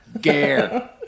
gear